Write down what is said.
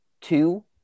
two